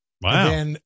Wow